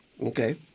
Okay